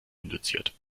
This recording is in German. induziert